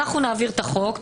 נעביר את החוק.